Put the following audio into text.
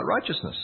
righteousness